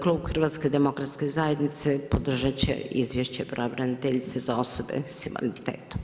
Klub HDZ-a podržati će izvješće pravobraniteljice za osobe s invaliditetom.